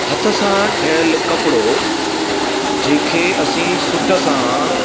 हथ सां ठहियल कपिड़ो जंहिंखे असी सुट सां